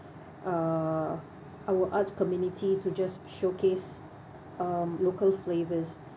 uh our arts community to just showcase um local flavours